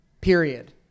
Period